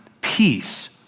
peace